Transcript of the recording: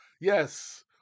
Yes